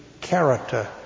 character